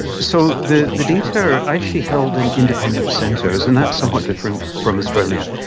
so the the data are actually held in independent centres, and that's somewhat different from australia.